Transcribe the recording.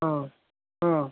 অঁ অঁ